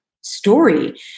story